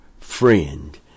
friend